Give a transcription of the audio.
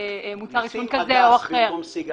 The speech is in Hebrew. מוצר עישון כזה או אחר.